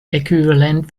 äquivalent